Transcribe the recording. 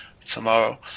tomorrow